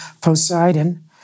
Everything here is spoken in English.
Poseidon